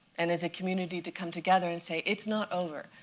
and as a community to come together and say, it's not over.